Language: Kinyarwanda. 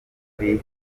uri